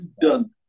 done